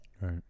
Right